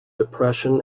depression